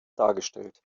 dargestellt